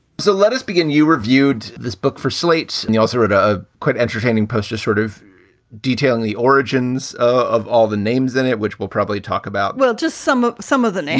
so let us begin. you reviewed this book for slate and you also wrote a quite entertaining poster sort of detailing the origins of all the names in it, which we'll probably talk about. well, just some some of the. yes.